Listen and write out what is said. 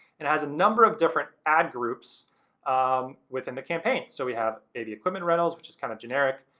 it has a number of different ad groups um within the campaign. so we have baby equipment rentals, which is kind of generic.